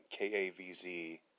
KAVZ